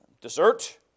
dessert